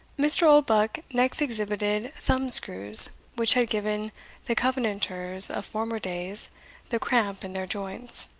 mr. oldbuck next exhibited thumb-screws, which had given the covenanters of former days the cramp in their joints,